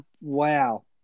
Wow